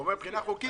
מבחינה חוקית?